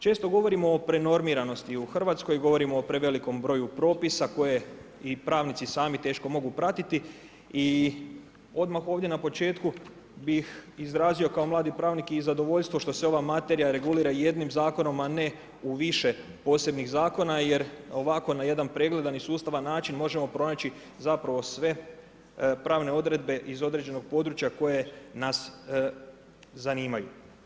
Često govorimo o prenormiranosti u Hrvatskoj, govorimo o prevelikom broju propisa, koje i pravnici, sami teško mogu pratiti i odmah ovdje na početku bih izrazio kao mladi pravnik i zadovoljstvo, što se ova materija regulira jednim zakonom, a ne u više posebnih zakona, jer ovako na jedan pregledan sustavan način, možemo pronaći, zapravo sve pravne odredbe iz određenog područja, koje nas zanimaju.